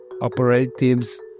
operatives